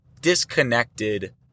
disconnected